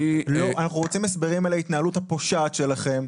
אנחנו רוצים הסברים על ההתנהלות הפושעת שלכם.